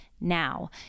now